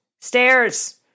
stairs